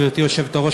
גברתי היושבת-ראש,